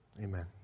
Amen